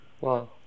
Wow